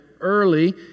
early